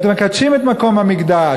מקדשים את מקום המקדש,